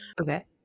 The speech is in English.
Okay